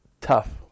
tough